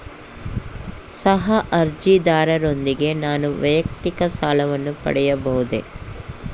ಸಹ ಅರ್ಜಿದಾರರೊಂದಿಗೆ ನಾನು ವೈಯಕ್ತಿಕ ಸಾಲವನ್ನು ಪಡೆಯಬಹುದೇ?